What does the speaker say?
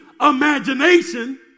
imagination